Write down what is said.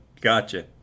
gotcha